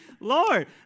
Lord